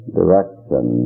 direction